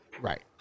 Right